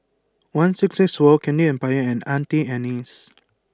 one six six four Candy Empire and Auntie Anne's